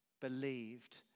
believed